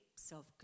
Self